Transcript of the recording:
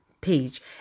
page